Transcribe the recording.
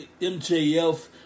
MJF